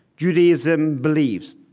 judaism believes,